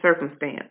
circumstance